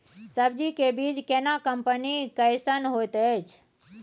सब्जी के बीज केना कंपनी कैसन होयत अछि?